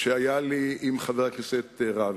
שהיה לי עם חבר הכנסת רביץ.